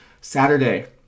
saturday